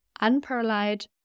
unparalleled